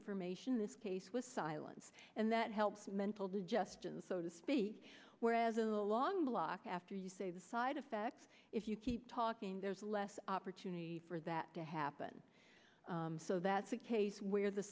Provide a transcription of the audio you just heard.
information in this case with silence and that helps mental to justin's so to speak whereas a long block after you say the side effect if you keep talking there's less opportunity for that to happen so that's a case where the